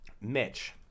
Mitch